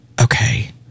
okay